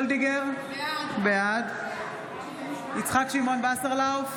וולדיגר, בעד יצחק שמעון וסרלאוף,